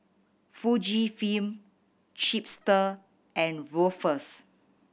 Fujifilm Chipster and Ruffles